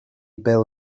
bêl